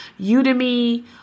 Udemy